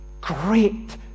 great